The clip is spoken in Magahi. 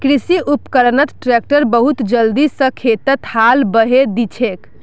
कृषि उपकरणत ट्रैक्टर बहुत जल्दी स खेतत हाल बहें दिछेक